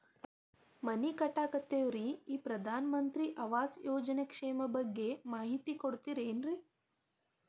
ಮನಿ ಕಟ್ಟಕತೇವಿ ರಿ ಈ ಪ್ರಧಾನ ಮಂತ್ರಿ ಆವಾಸ್ ಯೋಜನೆ ಸ್ಕೇಮ್ ಬಗ್ಗೆ ಮಾಹಿತಿ ಕೊಡ್ತೇರೆನ್ರಿ?